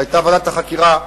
היתה ועדת החקירה,